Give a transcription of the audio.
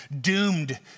doomed